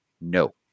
No